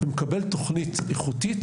ומקבל תוכנית איכותית,